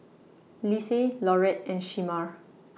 Lise Laurette and Shemar